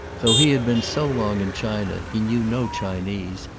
though he had been so long in china he knew no chinese,